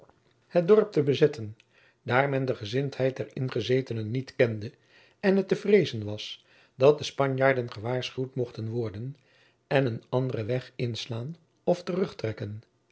het dorp te bezetten daar men de gezindheid der jacob van lennep de pleegzoon ingezetenen niet kende en het te vreezen was dat de spanjaarden gewaarschuwd mochten worden en een anderen weg inslaan of terugtrekken